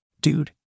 Dude